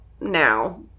now